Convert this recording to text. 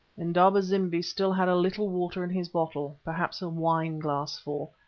indaba-zimbi still had a little water in his bottle perhaps a wine-glassful.